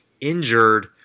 injured